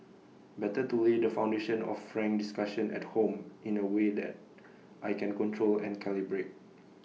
better to lay the foundation of frank discussion at home in A way that I can control and calibrate